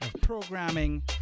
programming